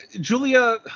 Julia